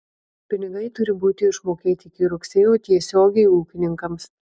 pinigai turi būti išmokėti iki rugsėjo tiesiogiai ūkininkams